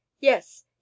yes